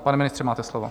Pane ministře, máte slovo.